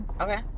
Okay